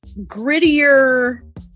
grittier